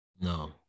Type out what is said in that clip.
No